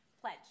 Pledge